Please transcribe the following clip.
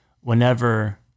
whenever